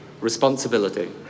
responsibility